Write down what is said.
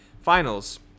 finals